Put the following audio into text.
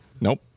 Nope